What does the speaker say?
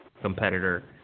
competitor